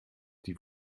die